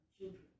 children